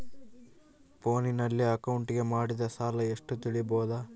ಫೋನಿನಲ್ಲಿ ಅಕೌಂಟಿಗೆ ಮಾಡಿದ ಸಾಲ ಎಷ್ಟು ತಿಳೇಬೋದ?